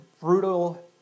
brutal